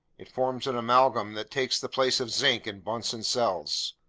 it forms an amalgam that takes the place of zinc in bunsen cells.